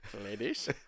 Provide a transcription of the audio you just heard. ladies